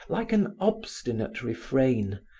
like an obstinate refrain,